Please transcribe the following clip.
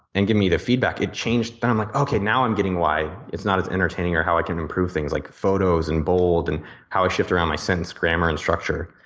and giving me the feedback it changed. but i'm like okay, now i'm getting why it's not as entertaining or how i can improve things like photos and bold and how i shift around my sentence grammar and structure.